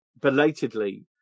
belatedly